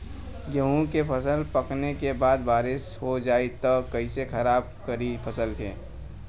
गेहूँ के फसल पकने के बाद बारिश हो जाई त कइसे खराब करी फसल के?